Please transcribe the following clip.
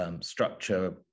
structure